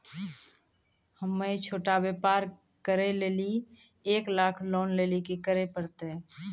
हम्मय छोटा व्यापार करे लेली एक लाख लोन लेली की करे परतै?